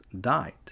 died